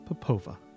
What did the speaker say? Popova